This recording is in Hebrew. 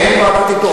אין ועדת איתור.